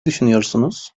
düşünüyorsunuz